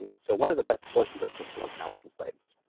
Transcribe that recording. and so what are the best sources of personal accounts from slaves?